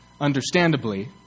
understandably